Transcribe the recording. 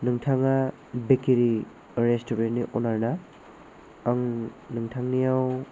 नोंथाङा bakery restaurant नि अनार ना आं नोंथांनियाव